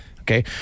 Okay